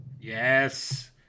Yes